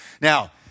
Now